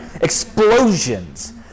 Explosions